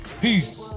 Peace